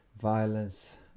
violence